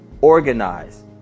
organize